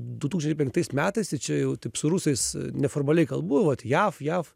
du tūkstančiai penktais metais tai čia jau taip su rusais neformaliai kalbu vat jav jav